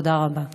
תודה רבה.